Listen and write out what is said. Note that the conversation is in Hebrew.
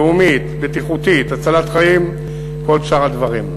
לאומית, בטיחותית, הצלת חיים וכל שאר הדברים.